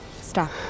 stop